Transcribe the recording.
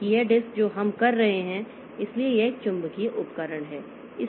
क्योंकि यह डिस्क जो हम कर रहे हैं इसलिए यह एक चुंबकीय उपकरण है